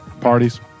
Parties